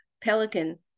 Pelican